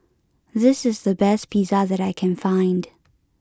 this is the best Pizza that I can find